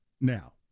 now